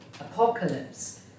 apocalypse